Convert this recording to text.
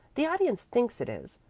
the audience thinks it is,